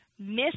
Miss